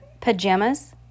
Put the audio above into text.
pajamas